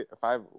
five